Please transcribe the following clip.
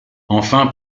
enfin